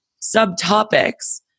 subtopics